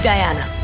Diana